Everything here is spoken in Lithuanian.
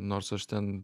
nors aš ten